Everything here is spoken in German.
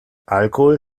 alkohol